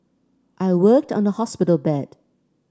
I worked on the hospital bed